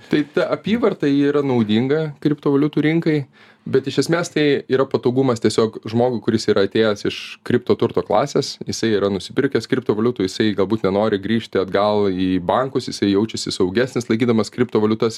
tai ta apyvarta ji yra naudinga kriptovaliutų rinkai bet iš esmės tai yra patogumas tiesiog žmogui kuris yra atėjęs iš kripto turto klasės jisai yra nusipirkęs kriptovaliutų jisai galbūt tenori grįžti atgal į bankus jisai jaučiasi saugesnis laikydamas kriptovaliutas